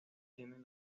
tienen